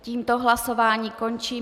Tímto hlasování končím.